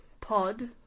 Pod